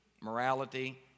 morality